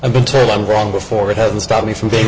i've been told i'm wrong before it hasn't stopped me from being